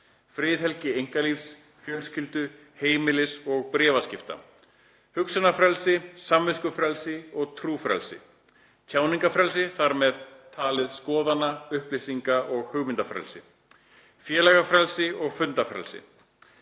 Friðhelgi einkalífs, fjölskyldu, heimilis og bréfaskipta. * Hugsanafrelsi, samviskufrelsi og trúfrelsi. * Tjáningarfrelsi, þar með talið skoðana-, upplýsinga- og hugmyndafrelsi. * Félagafrelsi og fundafrelsi.